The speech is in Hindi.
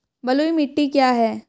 बलुई मिट्टी क्या है?